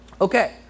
okay